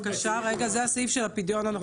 בבקשה, זה הסעיף של הפדיון הנוכחי.